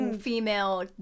female